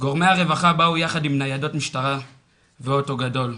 גורמי הרווחה באו יחד עם ניידות משטרה ואוטו גדול,